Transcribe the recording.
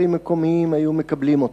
התש"ע (30 בדצמבר 2009):